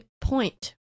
point